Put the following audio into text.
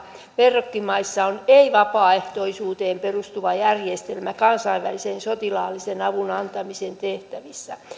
verrokkimaissa on ei vapaaehtoisuuteen perustuva järjestelmä kansainvälisen sotilaallisen avun antamisen tehtävissä